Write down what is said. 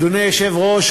אדוני היושב-ראש,